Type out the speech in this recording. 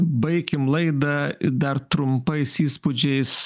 baikim laidą dar trumpais įspūdžiais